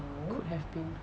could have been